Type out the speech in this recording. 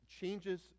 changes